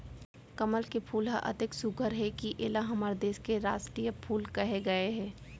कमल के फूल ह अतेक सुग्घर हे कि एला हमर देस के रास्टीय फूल कहे गए हे